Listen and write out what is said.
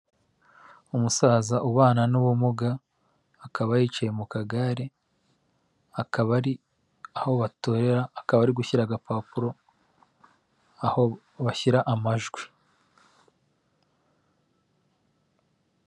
Umusaza ubana n'ubumuga akaba yicaye mu kagare akaba ari aho batorera akaba ari gushyira agapapuro aho bashyira amajwi.